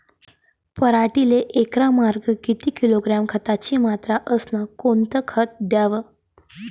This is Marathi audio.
पराटीले एकरामागं किती किलोग्रॅम खताची मात्रा अस कोतं खात द्याव?